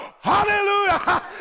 hallelujah